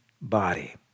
body